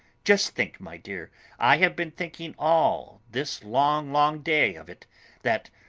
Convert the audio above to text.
just think, my dear i have been thinking all this long, long day of it that.